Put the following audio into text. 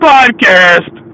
Podcast